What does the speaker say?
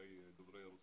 העולים דוברי רוסית,